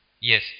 Yes